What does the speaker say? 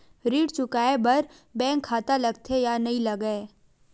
ऋण चुकाए बार बैंक खाता लगथे या नहीं लगाए?